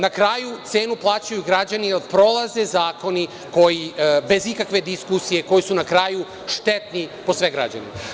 Na kraju cenu plaćaju građani jer prolaze zakoni bez ikakve diskusije koji su na kraju štetni po sve građane.